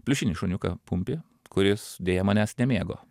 pliušinį šuniuką pumpį kuris deja manęs nemėgo